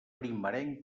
primerenc